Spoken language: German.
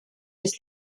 des